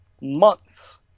months